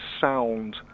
sound